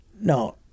No